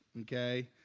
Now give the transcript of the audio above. Okay